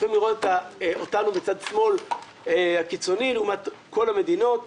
וצריכים לראות אותנו מצד שמאל הקיצוני לעומת כל המדינות.